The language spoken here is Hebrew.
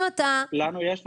לנו יש אחריות.